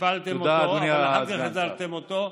הפלתם אותו, אחר כך החזרתם אותו.